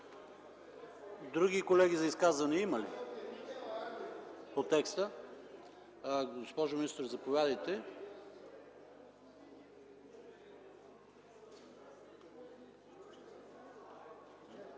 други колеги за изказвания по текста? Госпожо министър, заповядайте.